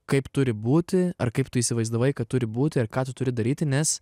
kaip turi būti ar kaip tu įsivaizdavai kad turi būti ir ką tu turi daryti nes